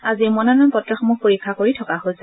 আজি মনোনয়ন পত্ৰসমূহ পৰীক্ষা কৰি থকা হৈছে